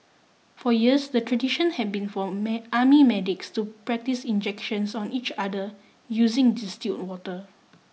for years the tradition had been for army medics to practise injections on each other using distilled water